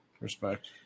Respect